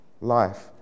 life